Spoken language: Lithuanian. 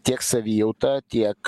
tiek savijauta tiek